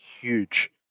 huge